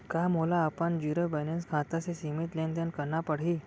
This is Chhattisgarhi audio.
का मोला अपन जीरो बैलेंस खाता से सीमित लेनदेन करना पड़हि?